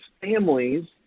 families